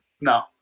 No